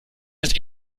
ist